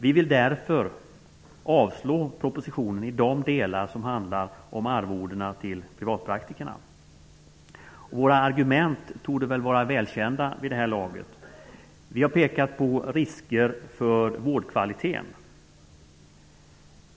Vi yrkar därför avslag på propositionen i de delar som handlar om arvodena till privatpraktikerna. Våra argument torde vara välkända vid det här laget. Vi har pekat på risker när det gäller vårdkvaliteten.